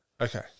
Okay